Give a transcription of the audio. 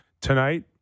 tonight